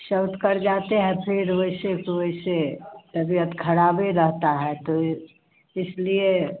शौट कर जाते हैं फ़िर वैसे के वैसे तबियत खराबे रहता है तो इसलिए